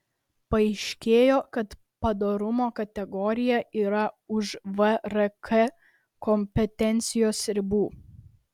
paaiškėjo kad padorumo kategorija yra už vrk kompetencijos ribų